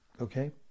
Okay